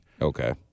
Okay